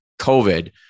COVID